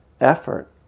effort